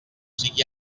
sigui